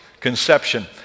conception